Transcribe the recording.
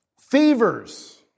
Fevers